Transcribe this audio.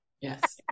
Yes